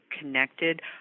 connected